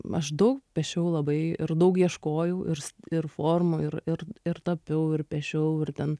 maždaug piešiau labai ir daug ieškojau ir ir formų ir ir ir tapiau ir piešiau ir ten